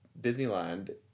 Disneyland